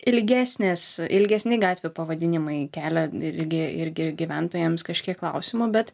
ilgesnės ilgesni gatvių pavadinimai kelia irgi irgi gyventojams kažkiek klausimų bet